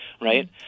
right